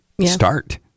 start